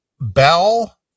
bell